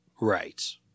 right